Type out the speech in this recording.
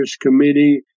Committee